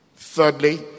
Thirdly